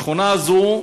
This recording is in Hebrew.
השכונה הזו,